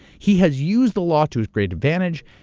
he has used the law to his great advantage,